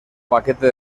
paquete